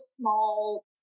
small